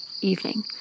evening